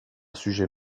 sujet